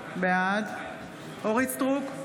בעד אורית מלכה סטרוק,